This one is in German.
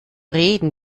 reden